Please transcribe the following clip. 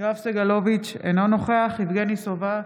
יואב סגלוביץ' אינו נוכח יבגני סובה,